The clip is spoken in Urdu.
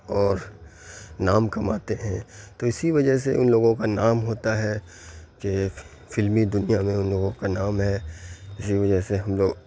اور نام کماتے ہیں تو اسی وجہ سے ان لوگوں کا نام ہوتا ہے کہ فلمی دنیا میں ان لوگوں کا نام ہے اسی وجہ سے ہم لوگ